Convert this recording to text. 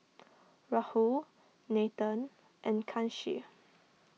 Rahul Nathan and Kanshi